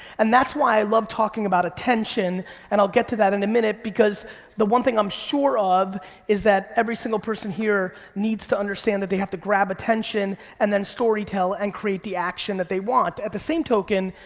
and that's why i love talking about attention and i'll get to that in a minute because the one thing i'm sure of is that every single person here needs to understand that they have to grab attention and then storytell and create the action that they want. on the same token,